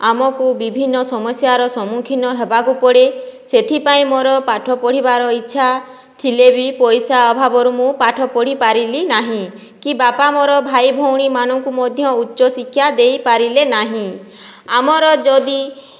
ଆମକୁ ବିଭିନ୍ନ ସମସ୍ୟାର ସମ୍ମୁଖୀନ ହେବାକୁ ପଡ଼େ ସେଥିପାଇଁ ମୋର ପାଠ ପଢ଼ିବାର ଇଚ୍ଛା ଥିଲେବି ପଇସା ଅଭାବରୁ ମୁଁ ପାଠପଢ଼ି ପାରିଲିନାହିଁ କି ବାପା ମୋର ଭାଇଭଉଣୀ ମାନଙ୍କୁ ମଧ୍ୟ ଉଚ୍ଚଶିକ୍ଷା ଦେଇ ପାରିଲେନାହିଁ ଆମର ଯଦି